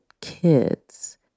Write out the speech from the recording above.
kids